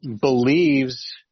believes